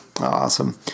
Awesome